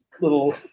little